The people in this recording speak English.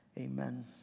amen